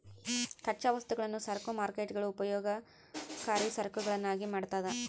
ಕಚ್ಚಾ ವಸ್ತುಗಳನ್ನು ಸರಕು ಮಾರ್ಕೇಟ್ಗುಳು ಉಪಯೋಗಕರಿ ಸರಕುಗಳನ್ನಾಗಿ ಮಾಡ್ತದ